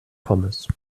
pommes